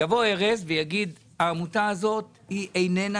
יבוא ארז ויגיד שהעמותה הזאת היא איננה